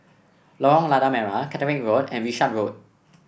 Lorong Lada Merah Caterick Road and Wishart Road